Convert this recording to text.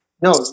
no